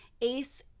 Ace